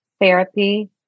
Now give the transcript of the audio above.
therapy